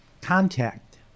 contact